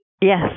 Yes